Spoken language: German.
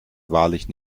wahrlich